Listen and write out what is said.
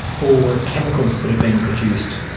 or chemicals that have been produced